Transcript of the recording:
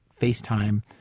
FaceTime